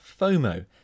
FOMO